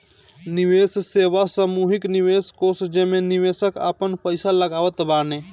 निवेश सेवा सामूहिक निवेश कोष जेमे निवेशक आपन पईसा लगावत बाने